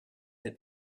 that